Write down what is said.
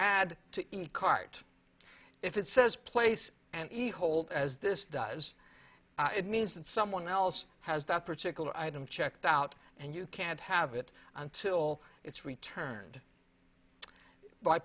add to the cart if it says place and eat hold as this does it means that someone else has that particular item checked out and you can't have it until it's returned by